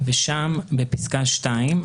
התשפ"ב-2021.